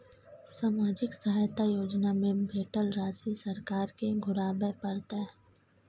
सामाजिक सहायता योजना में भेटल राशि सरकार के घुराबै परतै?